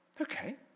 Okay